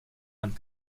and